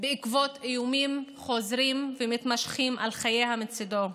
בעקבות איומים חוזרים ומתמשכים על חייה מצידו.